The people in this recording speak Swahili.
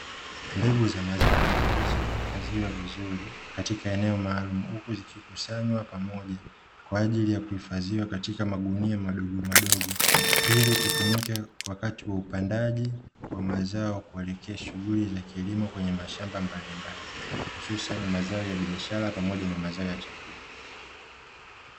Mbegu za mazao zilizohifadhiwa vizuri katika eneo maalumu huku zikikusanywa pamoja kwa ajili ya kuhifadhiwa katika magunia madogo madogo, ili kutumika wakati wa upandaji wa mazao kuelekea shughuli za kilimo kwenye mashamba mbalimbali hususan mazao ya biashara pamoja na mazao ya chakula.